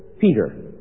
Peter